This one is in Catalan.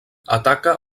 ataca